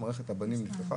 מערכת הבנים נפתחה,